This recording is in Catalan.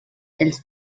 els